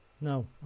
No